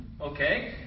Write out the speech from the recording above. okay